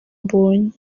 mbonyi